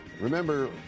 Remember